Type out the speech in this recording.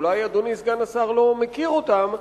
אולי אדוני סגן השר לא מכיר אותם,